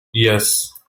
yes